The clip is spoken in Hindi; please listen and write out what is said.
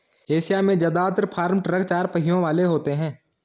एशिया में जदात्र फार्म ट्रक चार पहियों वाले होते हैं